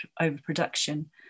overproduction